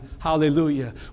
hallelujah